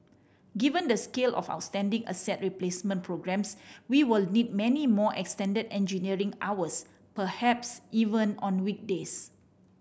given the scale of outstanding asset replacement programmes we will need many more extended engineering hours perhaps even on weekdays